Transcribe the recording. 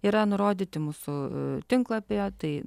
yra nurodyti mūsų tinklapyje tai